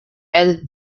eden